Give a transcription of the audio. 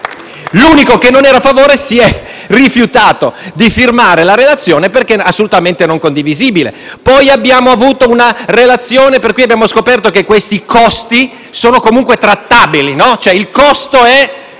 L'unico che non era allineato si è rifiutato di firmare la relazione, perché assolutamente non condivisibile. Poi abbiamo avuto una relazione per cui abbiamo scoperto che questi costi sono comunque trattabili: il costo è